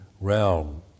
realm